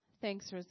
Thanks